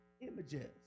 images